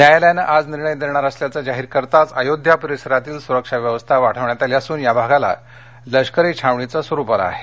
न्यायालयानं आज निर्णय देणार असल्याचं जाहीर करताच अयोध्या परिसरातील सुरक्षा व्यवस्था वाढविण्यात आली असून या भागाला लष्करी छावणीचं स्वरूप आलं आहे